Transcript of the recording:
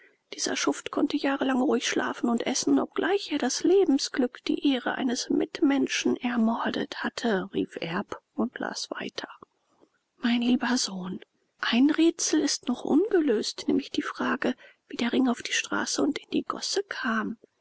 dieser schuft konnte jahrelang ruhig schlafen und essen obgleich er das lebensglück die ehre eines mitmenschen ermordet hatte rief erb und las weiter mein lieber sohn ein rätsel ist noch ungelöst nämlich die frage wie der ring auf die straße und in die gosse kam